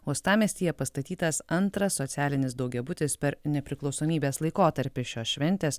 uostamiestyje pastatytas antras socialinis daugiabutis per nepriklausomybės laikotarpį šios šventės